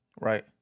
right